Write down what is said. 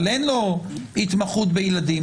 אבל אין לו התמחות בילדים,